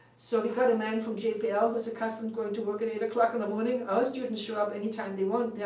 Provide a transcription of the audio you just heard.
so we got a man from jpl who's accustomed going to work at eight o'clock in the morning. our students show up anytime they want,